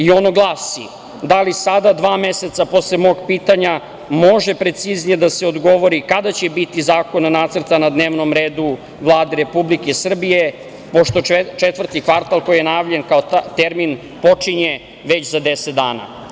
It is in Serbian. Ono glasi – da li sada dva meseca posle mog pitanja može preciznije da se odgovori kada će biti zakona, nacrta na dnevnom redu Vlade Republike Srbije, pošto četvrti kvartal koji je najavljen kao termin počinje već za deset dana?